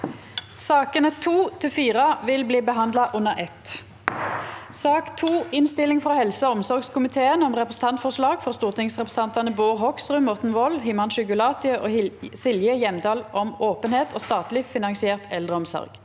Sakene nr. 2–4 vil bli behandla under eitt. S ak nr. 2 Innstilling fra helse- og omsorgskomiteen om Repre- sentantforslag fra stortingsrepresentantene Bård Hoks- rud, Morten Wold, Himanshu Gulati og Silje Hjemdal om åpenhet og statlig finansiert eldreomsorg